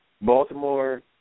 Baltimore